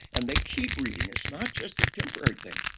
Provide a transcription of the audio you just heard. and they keep reading. it's not just a temporary thing.